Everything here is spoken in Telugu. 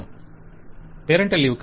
వెండర్ పేరెంటల్ లీవ్ కా